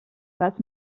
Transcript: fas